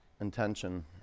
intention